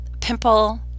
pimple